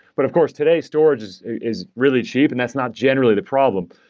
but of course today storage is is really cheap, and that's not generally the problem.